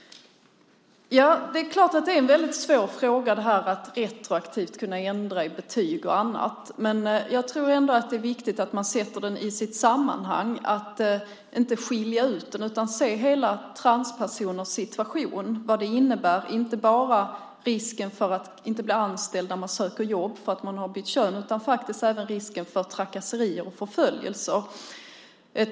Det är klart att det är en svår fråga, detta med att retroaktivt kunna ändra i betyg och annat. Men jag tror ändå att det är viktigt att man sätter den i sitt sammanhang. Man får inte skilja ut den, utan man måste se hela situationen för en transperson. Man måste se vad det innebär, det gäller inte bara risken att inte bli anställd på grund av att man har bytt kön utan även risken för trakasserier och förföljelser.